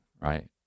right